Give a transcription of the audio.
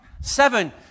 Seven